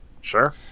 Sure